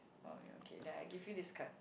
oh ya okay then I give you this card